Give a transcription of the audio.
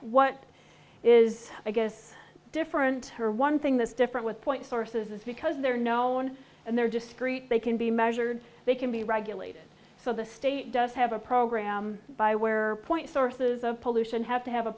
what is again different her one thing that's different with point sources is because they're known and they're discreet they can be measured they can be regulated so the state does have a program by where point sources of pollution have to have a